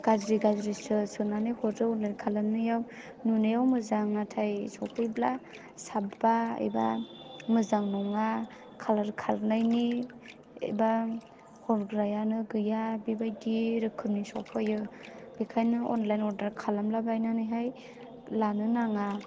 गाज्रि गाज्रिसो सोनानै हरो अनलाइन खालामनायाव नुनायाव मोजां नाथाय सफैब्ला साबा एबा मोजां नङा कालार खारनायनि एबा हमग्रायानो गैया बेबायदि रोखोमनि सफैयो बेनिखायनो अनलाइन अर्दार खालामलाबायनानैहाय लानो नाङा